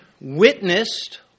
witnessed